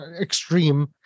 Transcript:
extreme